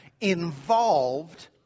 involved